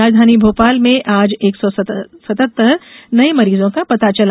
राजधानी भोपाल में आज एक सौ सतहत्तर नये मरीजों का पता चला